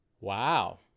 Wow